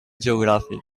geogràfic